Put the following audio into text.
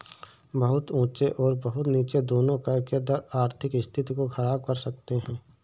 बहुत ऊँचे और बहुत नीचे दोनों कर के दर आर्थिक स्थिति को ख़राब कर सकते हैं